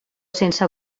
sense